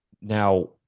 Now